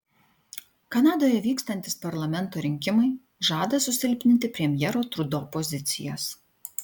kanadoje vykstantys parlamento rinkimai žada susilpninti premjero trudo pozicijas